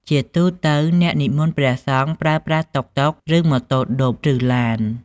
ជាទូទៅ អ្នកនិមន្តព្រះសង្ឃប្រើប្រាស់ តុកតុក ឬម៉ូតូឌុប ឬឡាន។